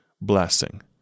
blessing